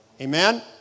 amen